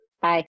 Bye